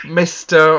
mr